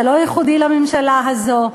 זה לא ייחודי לממשלה הזאת,